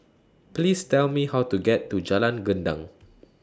Please Tell Me How to get to Jalan Gendang